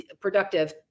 productive